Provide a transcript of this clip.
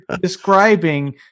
describing